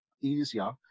easier